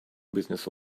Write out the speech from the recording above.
business